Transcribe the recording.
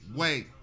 wait